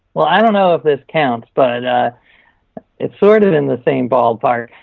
well, i don't know if this counts, but it's sort of in the same ballpark,